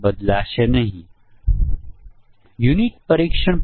તો આ બધું જોડી મુજબના પરીક્ષણ વિશે છે